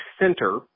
Center